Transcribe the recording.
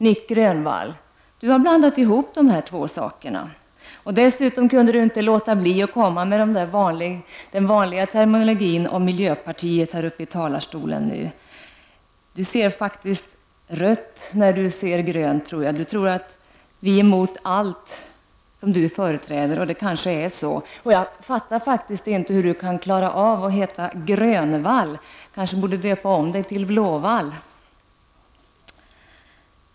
Nic Grönvall har blandat ihop dessa två saker. Dessutom kunde han inte låta bli att komma med den vanliga terminologin om miljöpartiet i talarstolen. Nic Grönvall ser rött när han ser grönt. Nic Grönvall tror att vi är emot allt som han företräder. Det kanske är så. Jag förstår inte hur Nic Grönvall kan klara av att heta Grönvall. Han kanske borde döpa om sig till Blåvall.